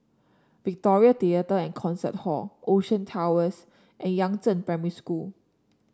Victoria Theatre And Concert Hall Ocean Towers and Yangzheng Primary School